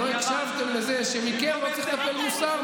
ולא הקשבתם לזה שמכם אני לא צריך לקבל מוסר,